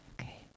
okay